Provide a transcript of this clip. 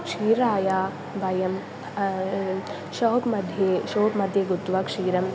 क्षीराय वयं शोप् मध्ये शोप् मध्ये गत्वा क्षीरं